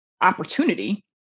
opportunity